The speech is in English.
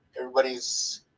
everybody's